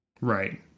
Right